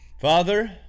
father